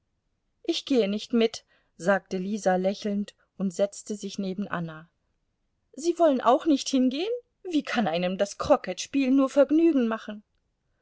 ich gehe nicht mit sagte lisa lächelnd und setzte sich neben anna sie wollen auch nicht hingehen wie kann einem das krocketspielen nur vergnügen machen